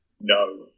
No